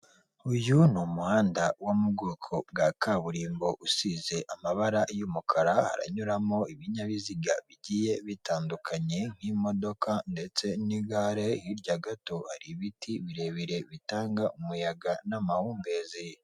Uyu ni umuhanda wo mu bwoko bwa kaburimbo usize amabara y'umukara m, haranyuramo ibinyabiziga bigiye bitandukanye nk'imodoka ndetse n'igare, hirya gato hari ibiti birebire bitanga umuyaga n'amahumbezi.